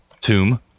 tomb